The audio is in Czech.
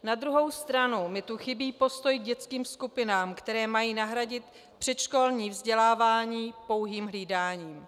Na druhou stranu mi tu chybí postoj k dětským skupinám, které mají nahradit předškolní vzdělávání pouhým hlídáním.